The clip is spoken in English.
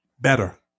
better